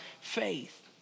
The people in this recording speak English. faith